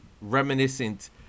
reminiscent